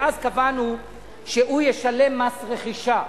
ואז קבענו שהוא ישלם מס רכישה,